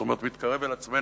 זאת אומרת, מתקרב אל עצמנו